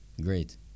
great